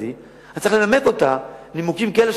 אני אצטרך לנמק אותה בנימוקים כאלה,